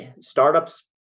startups